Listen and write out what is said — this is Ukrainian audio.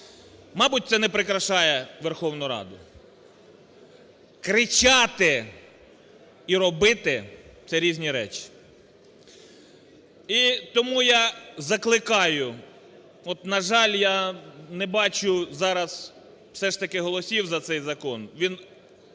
мабуть, це не прикрашає Верховну Раду. Кричати і робити – це різні речі. І тому я закликаю, от, на жаль, я не бачу зараз все ж таки голосів за цей закон, він